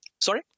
Sorry